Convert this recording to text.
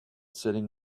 sitting